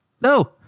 No